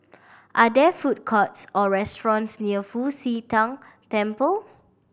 are there food courts or restaurants near Fu Xi Tang Temple